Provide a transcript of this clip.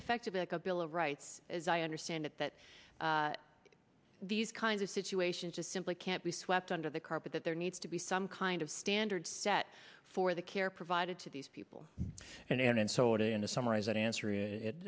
effectively like a bill of rights as i understand it that these kinds of situations just simply can't be swept under the carpet that there needs to be some kind of standard set for the care provided to these people and so what in the summer is an answer